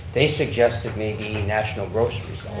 they suggested maybe national groceries,